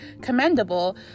commendable